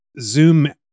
zoom